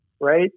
right